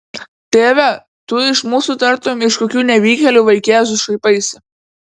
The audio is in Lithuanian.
tėve tu iš mūsų tartum iš kokių nevykėlių vaikėzų šaipaisi